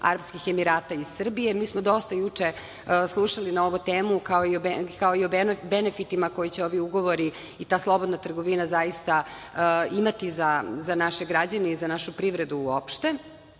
Arapskih Emirata i Srbije. Mi smo dosta juče slušali na ovu temu, kao i o benefitima koje će ovi ugovori i ta slobodna trgovina zaista imati za naše građane i za našu privredu uopšte